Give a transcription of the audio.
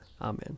Amen